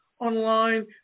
Online